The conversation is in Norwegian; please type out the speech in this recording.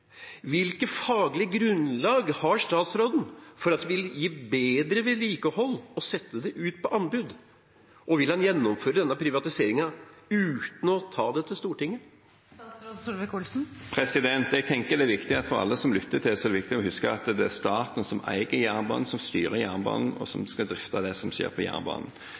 grunnlag har statsråden for at det vil gi bedre vedlikehold å sette det ut på anbud, og vil han gjennomføre den privatiseringen uten å ta det til Stortinget? Jeg tenker det er viktig for alle som lytter, at det er viktig å huske at det er staten som eier jernbanen, som styrer jernbanen og som skal drifte det som skjer på jernbanen.